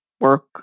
work